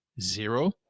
zero